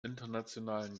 internationalen